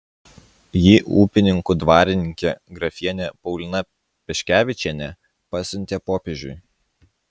jį upninkų dvarininkė grafienė paulina paškevičienė pasiuntė popiežiui